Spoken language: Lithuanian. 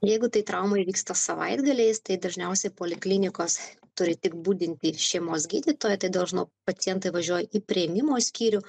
jeigu tai trauma įvyksta savaitgaliais tai dažniausiai poliklinikos turi tik budintį šeimos gydytoją tai dažno pacientai važiuoja į priėmimo skyrių